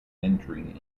entering